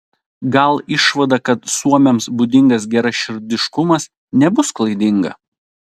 gal išvada kad suomiams būdingas geraširdiškumas nebus klaidinga